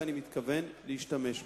ואני מתכוון להשתמש בה.